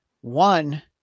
One